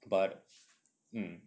but mm